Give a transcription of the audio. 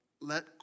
let